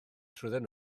trwyddyn